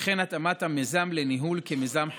וכן התאמת המיזם לניהול כמיזם חקלאי-תיירותי.